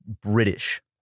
British